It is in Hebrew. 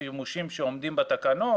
שימושים שעומדים בתקנות.